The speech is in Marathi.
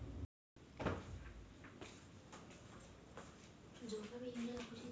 इंडिडवर नऊ वेगवेगळ्या प्रकारच्या उद्योजकतेची नोंद आहे